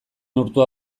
urtua